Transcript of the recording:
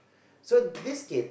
so these kids